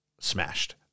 Smashed